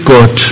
God